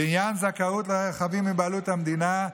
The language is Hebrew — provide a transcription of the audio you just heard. לעניין זכאות לרכבים בבעלות המדינה,